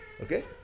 Okay